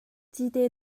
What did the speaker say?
cite